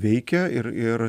veikia ir ir